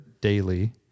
daily